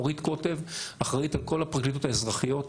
אורית קוטב אחראית על כל הפרקליטות האזרחיות,